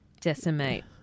decimate